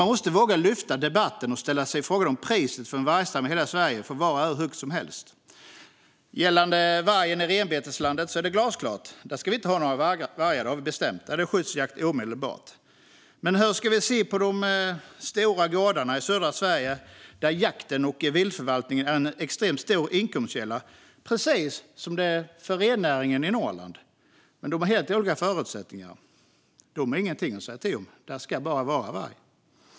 Man måste våga lyfta debatten och ställa sig frågan om priset för en vargstam i hela Sverige får vara hur högt som helst. I renbeteslandet är det glasklart att det inte ska vara några vargar. Det har vi bestämt. Där blir det skyddsjakt omedelbart. Men hur ska man se på de stora gårdarna i södra Sverige där jakten och viltförvaltningen är en extremt stor inkomstkälla, precis som rennäringen i Norrland? De ges helt andra förutsättningar. De har ingenting att säga till om - där ska det bara vara varg.